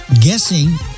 guessing